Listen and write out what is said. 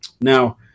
Now